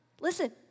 listen